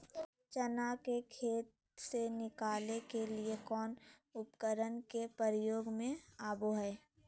चना के खेत से निकाले के लिए कौन उपकरण के प्रयोग में आबो है?